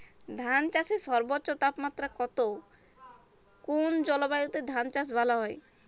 ধান চাষে সর্বোচ্চ তাপমাত্রা কত কোন জলবায়ুতে ধান চাষ ভালো হয়?